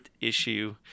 issue